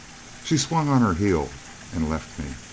she swung on her heel and left me.